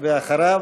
אחריו,